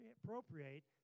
appropriate